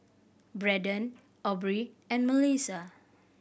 Brendon Aubree and Mellissa